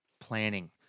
planning